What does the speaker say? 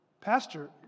Pastor